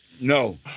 No